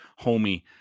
homie